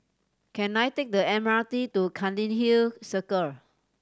can I take the M R T to Cairnhill Circle